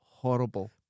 Horrible